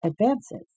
Advances